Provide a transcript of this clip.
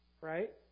right